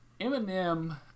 Eminem